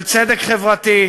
של צדק חברתי,